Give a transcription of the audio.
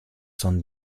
son